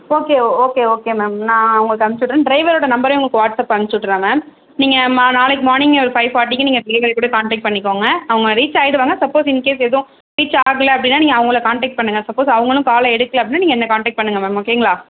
okay okay okay ma'am நான் உங்களுக்கு அனுப்ச்சிவிட்றேன் ட்ரைவரோட நம்பரையும் உங்களுக்கு வாட்ஸ்அப்பில் அனுப்பிச்சி விட்டுறேன் மேம் நீங்கள் ம நாளைக்கு மார்னிங் ஒரு ஃபைவ் ஃபார்ட்டிக்கு நீங்கள் ட்ரைவரை கூட கான்டெக்ட் பண்ணிக்கோங்க அவங்க ரீச் ஆகிடுவாங்க சப்போஸ் இன்கேஸ் எதுவும் ரீச் ஆகல அப்படின்னா நீங்கள் அவங்கள கான்டெக்ட் பண்ணுங்க சப்போஸ் அவங்களும் கால எடுக்கல அப்படின்னா நீங்கள் என்ன கான்டெக்ட் பண்ணுங்க மேம் ஓகேங்களா